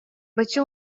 бачча